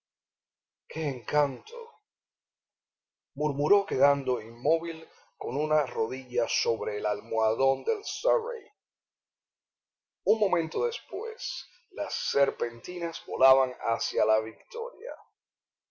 qué encanto murmuró quedando inmóvil con una rodilla sobre al almohadón del surrey un momento después las serpentinas volaban hacia la victoria